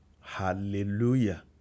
Hallelujah